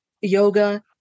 yoga